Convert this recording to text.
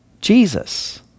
Jesus